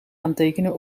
aantekenen